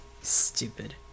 Stupid